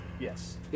yes